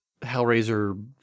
Hellraiser